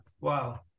Wow